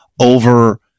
over